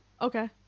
okay